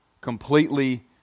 completely